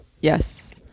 yes